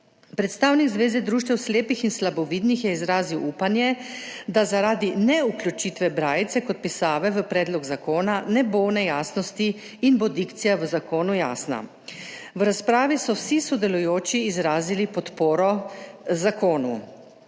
Predstavnik Zveze društev slepih in slabovidnih Slovenije je izrazil upanje, da zaradi nevključitve brajice kot pisave v predlog zakona ne bo nejasnosti in bo dikcija v zakonu jasna. V razpravi so vsi sodelujoči izrazili podporo zakonu.